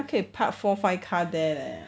他可以 park four five car there leh